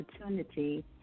opportunity